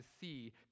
see